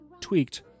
tweaked